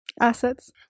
Assets